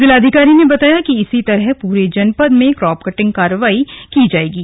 जिलाधिकारी ने बताया कि इसी तरह पूरे जनपद में क्राप कटिंग करवाई जा रही है